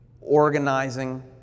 organizing